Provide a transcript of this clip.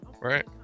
Right